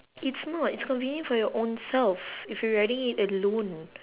it's not it's convenient for your ownselves if you're riding it alone